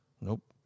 Nope